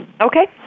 Okay